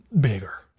bigger